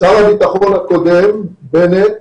שר שהביטחון הקודם, בנט,